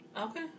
Okay